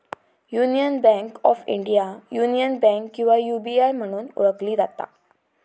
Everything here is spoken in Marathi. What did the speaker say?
union bank of India, union bank किंवा यू.बी.आय म्हणून ओळखली जाता